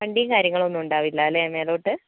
വണ്ടീം കാര്യങ്ങളൊന്നും ഉണ്ടാവില്ലാലെ മേലോട്ട്